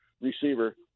receiver